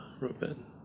Ruben